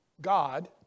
God